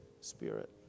Spirit